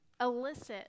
elicit